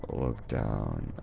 look down.